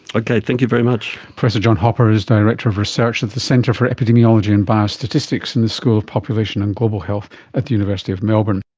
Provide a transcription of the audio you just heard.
okay, thank you very much. professor john hopper is director of research at the centre for epidemiology and biostatistics in the school of population and global health at the university of melbourne.